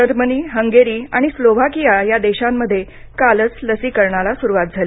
Germany Hungary आणि Slovakia या देशांमध्ये कालच लसीकरणाला सुरुवात झाली